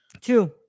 two